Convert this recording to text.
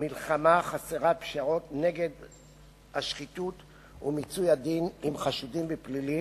מלחמה חסרת פשרות נגד השחיתות ומיצוי הדין עם חשודים בפלילים,